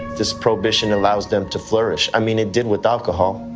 this prohibition allows them to flourish i mean it did with alcohol.